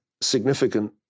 significant